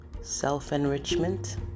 self-enrichment